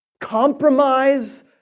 compromise